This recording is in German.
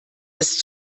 ist